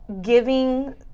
giving